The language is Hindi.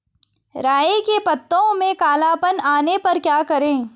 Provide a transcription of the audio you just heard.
राई के पत्तों में काला पन आने पर क्या करें?